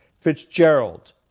Fitzgerald